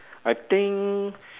I think